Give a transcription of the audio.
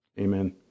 amen